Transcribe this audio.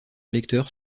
lecteurs